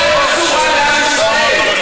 מה הם עשו רע לעם ישראל?